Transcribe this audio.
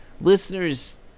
Listeners